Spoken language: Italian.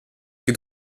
che